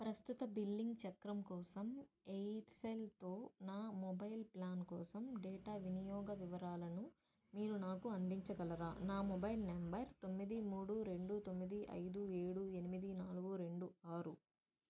ప్రస్తుత బిల్లింగ్ చక్రం కోసం ఎయిర్సెల్తో నా మొబైల్ ప్లాన్ కోసం డేటా వినియోగ వివరాలను మీరు నాకు అందించగలరా నా మొబైల్ నెంబర్ తొమ్మిది మూడు రెండు తొమ్మిది ఐదు ఏడు ఎనిమిది నాలుగు రెండు ఆరు